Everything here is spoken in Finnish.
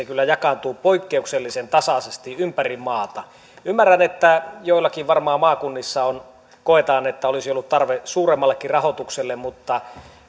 kyllä jakaantuu poikkeuksellisen tasaisesti ympäri maata ymmärrän että varmaan joissakin maakunnissa koetaan että olisi ollut tarve suuremmallekin rahoitukselle mutta